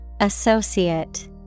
Associate